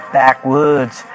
backwoods